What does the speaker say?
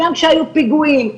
גם כשהיו פיגועים,